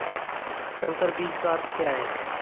संकर बीज का अर्थ क्या है?